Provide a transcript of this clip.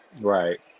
Right